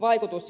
vaikutus on suuri